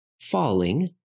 falling